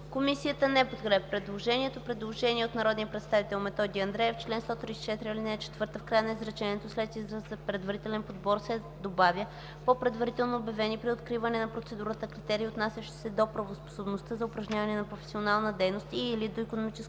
Комисията не подкрепя предложението. Предложение от народния представител Методи Андреев: „В чл. 134, ал. 4 в края на изречението след израза „предварителен подбор” се добавя „по предварително обявени при откриване на процедурата критерии, отнасящи се до правоспособността за упражняване на професионална дейност и/или до икономическото